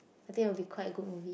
I think will be a quite good movie